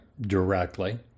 directly